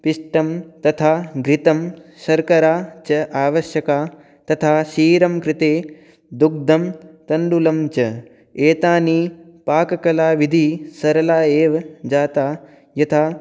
पिष्टं तथा घृतं शर्करा च आवश्यकी तथा क्षीरं कृते दुग्धं तण्डुलञ्च एतानि पाककलाविधिः सरला एव जाता यथा